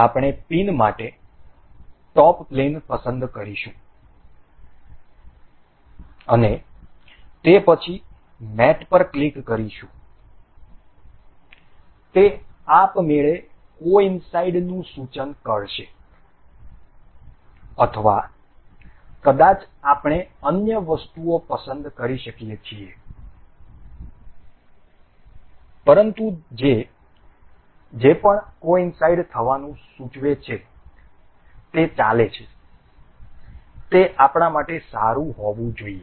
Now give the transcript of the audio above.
અમે પિન માટે top plane પસંદ કરીશું અને તે પછી મેટ પર ક્લિક કરીશું તે આપમેળે કોઈનસાઈડનું સૂચન કરશે અથવા કદાચ આપણે અન્ય વસ્તુઓ પસંદ કરી શકીએ છીએ પરંતુ જે પણ કોઈનસાઈડ થવાનું સૂચવે છે તે ચાલે છે તે આપણા માટે સારું હોવું જોઈએ